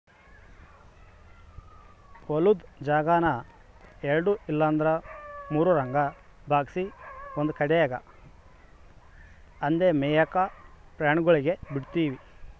ಹೊಲುದ್ ಜಾಗಾನ ಎಲ್ಡು ಇಲ್ಲಂದ್ರ ಮೂರುರಂಗ ಭಾಗ್ಸಿ ಒಂದು ಕಡ್ಯಾಗ್ ಅಂದೇ ಮೇಯಾಕ ಪ್ರಾಣಿಗುಳ್ಗೆ ಬುಡ್ತೀವಿ